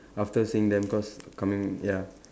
after seeing them cause coming ya